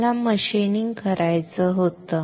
मला मशीनिंग करायचं होतं